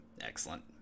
Excellent